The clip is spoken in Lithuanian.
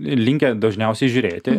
linkę dažniausiai žriūrėti